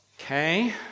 Okay